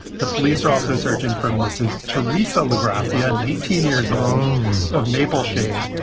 the police are also searching for mrs. theresa le grassi, on nineteen years old of mapleshade,